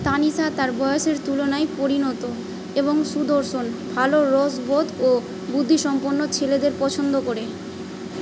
তানিশা তার বয়সের তুলনায় পরিণত এবং সুদর্শন ভালো রসবোধ ও বুদ্ধিসম্পন্ন ছেলেদের পছন্দ করে